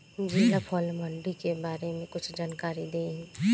जिला फल मंडी के बारे में कुछ जानकारी देहीं?